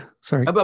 sorry